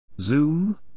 Zoom